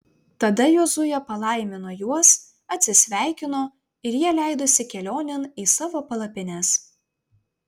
tada jozuė palaimino juos atsisveikino ir jie leidosi kelionėn į savo palapines